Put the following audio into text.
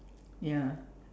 ya